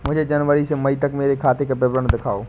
मुझे जनवरी से मई तक मेरे खाते का विवरण दिखाओ?